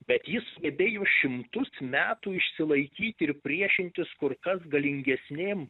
bet ji sugebėjo šimtus metų išsilaikyti ir priešintis kur kas galingesnėm